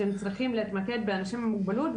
שהם צריכים להתמקד באנשים עם מוגבלות,